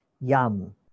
Yum